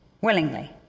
willingly